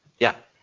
yeah.